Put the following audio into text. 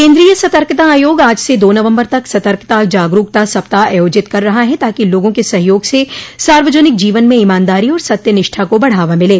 केन्द्रीय सतर्कता आयोग आज से दो नवम्बर तक सतर्कता जागरूकता सप्ताह आयोजित कर रहा है ताकि लोगों के सहयोग से सार्वजनिक जीवन में ईमानदारी और सत्य निष्ठा को बढ़ावा मिले